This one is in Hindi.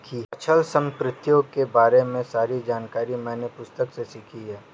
अचल संपत्तियों के बारे में सारी जानकारी मैंने पुस्तक से सीखी है